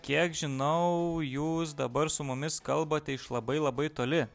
kiek žinau jūs dabar su mumis kalbate iš labai labai toli